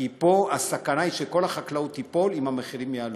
כי פה הסכנה היא שכל החקלאות תיפול אם המחירים יעלו.